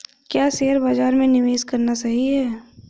क्या शेयर बाज़ार में निवेश करना सही है?